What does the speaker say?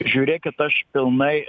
žiūrėkit kad aš pilnai